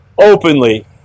openly